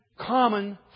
common